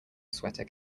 sweater